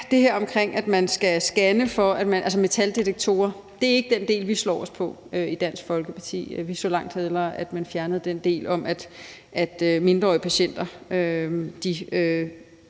Det her med, at man skal scanne med metaldetektorer, er ikke den del, vi slår os på i Dansk Folkeparti. Vi så langt hellere, at man fjernede den del med, at mindreårige patienter på